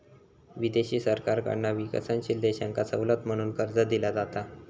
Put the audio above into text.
विदेशी सरकारकडना विकसनशील देशांका सवलत म्हणून कर्ज दिला जाता